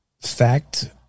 fact